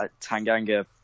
Tanganga